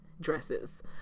dresses